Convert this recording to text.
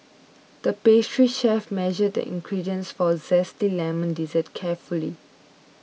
the pastry chef measured the ingredients for a Zesty Lemon Dessert carefully